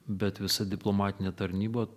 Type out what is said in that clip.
bet visa diplomatinė tarnyba